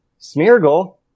Smeargle